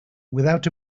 without